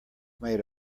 made